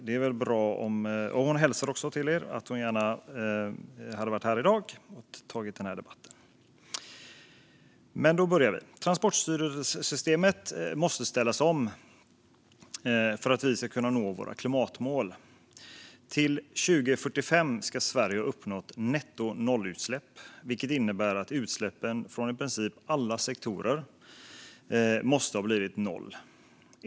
Men hon hälsar att hon gärna hade varit här i dag och deltagit i denna debatt. Transportsystemet måste ställas om för att vi ska kunna nå våra klimatmål. Till 2045 ska Sverige ha uppnått nettonollutsläpp, vilket innebär att utsläppen från i princip alla sektorer måste ha blivit noll.